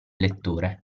lettore